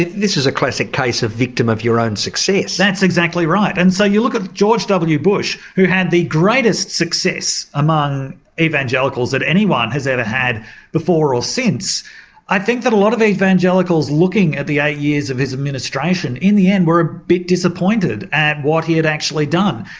this is a classic case of victim of your own success. that's exactly right, and so you look at george w bush, who had the greatest success among evangelicals that anyone has ever had before or since i think that a lot of evangelicals looking at the eight years of his administration in the end were a bit disappointed at what he had actually done.